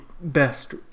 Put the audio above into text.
best